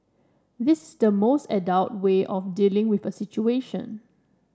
this is the most adult way of dealing with a situation